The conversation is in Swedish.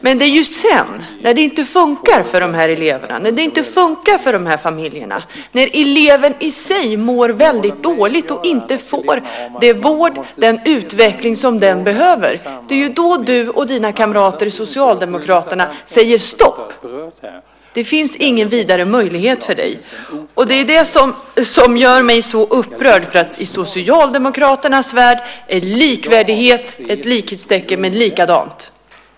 Men det är när det inte funkar för de här eleverna och familjerna och eleven i sig mår väldigt dåligt och inte får den vård och den utveckling som den behöver som du och dina kamrater i Socialdemokraterna säger: Stopp, det finns ingen vidare möjlighet för dig. Det är det som gör mig så upprörd. I Socialdemokraternas värld är likvärdighet lika med likadant.